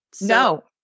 No